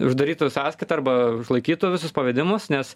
uždarytų sąskaitą arba užlaikytų visus pavedimus nes